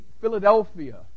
Philadelphia